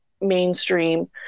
mainstream